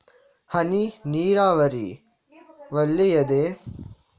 ಹನಿ ನೀರಾವರಿ ಒಳ್ಳೆಯದೇ?